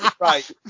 Right